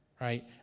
right